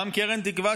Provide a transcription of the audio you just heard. גם בקרן תקווה,